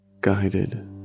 Guided